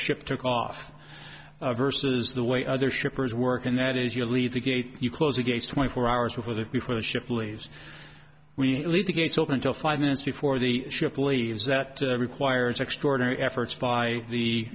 ship took off her says the way other shippers work and that is you leave the gate you close the gates twenty four hours before the before the ship leaves we leave the gates open until five minutes before the ship leaves that requires extraordinary efforts by the